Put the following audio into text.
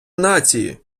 нації